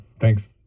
thanks